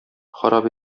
харап